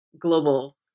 global